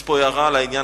יש פה הערה לעניין.